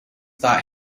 thought